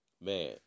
Man